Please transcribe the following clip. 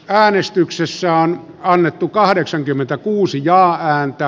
äänestyksessä annettu kahdeksankymmentäkuusi ja hän ja